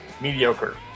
mediocre